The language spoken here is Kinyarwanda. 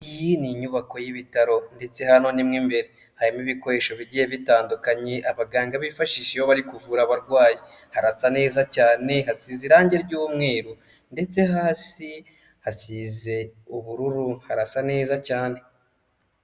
Iyi ni inyubako y'ibitaro ndetse hano ni mo imbere harimo ibikoresho bigiye bitandukanye abaganga bifashishije iyo bari kuvura abarwayi, harasa neza cyane hasize irangi ry'umweru ndetse hasi hasize ubururu harasa neza cyane.